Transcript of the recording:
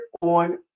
on